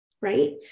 right